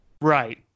Right